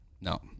No